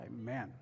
Amen